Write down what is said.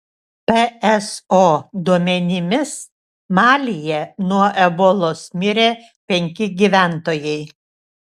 pso duomenimis malyje nuo ebolos mirė penki gyventojai